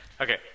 Okay